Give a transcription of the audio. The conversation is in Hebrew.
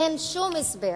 אין שום הסבר